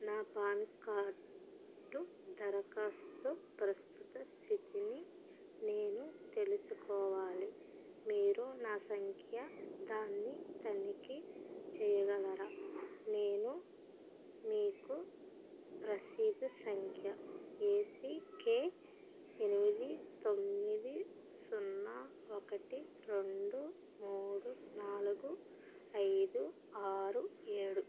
నా PAN card దరఖాస్తు ప్రస్తుత సితిని నేను తెలుసుకోవాలి మీరు నా సంఖ్య దాన్ని తనిఖీ చేయగలరా నేను మీకు రసీదు సంఖ్య ఏ సీ కె ఎనిమిది తొమ్మిది సున్నా ఒకటి రెండు మూడు నాలుగు ఐదు ఆరు ఏడు